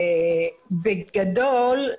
בגדול,